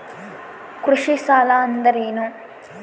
ಕೃಷಿ ಸಾಲ ಅಂದರೇನು?